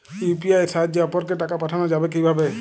UPI এর সাহায্যে অপরকে টাকা পাঠানো যাবে কিভাবে?